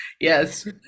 Yes